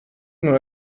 nur